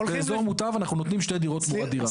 באזור מוטב אנחנו נותנים שתי דירות תמורת דירה.